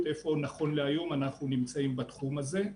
איפה נכון להיום אנחנו נמצאים בתחום הזה.